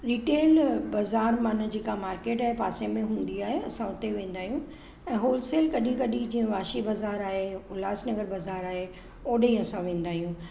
retail बाज़ारि माना जेका मार्केट जे पासे में हूंदी आहे असां उते वेंदा आहियूं ऐं होलसेल कॾहिं कॾहिं जीअं वाशी बाज़ारि आहे उल्हास नगर बाज़ारि आहे ओॾे ई असां वेंदा आहियूं